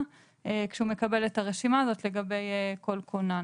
כשהוא מקבל את הרשימה הזאת לגבי כל כונן.